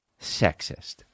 Sexist